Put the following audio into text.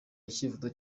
icyifuzo